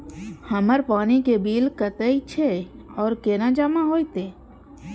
हमर पानी के बिल कतेक छे और केना जमा होते?